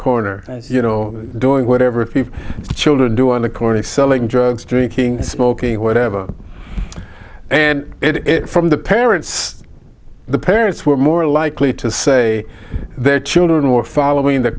corner you know doing whatever a few children do on the corner selling drugs drinking smoking whatever and it from the parents the parents were more likely to say their children were following the